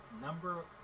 number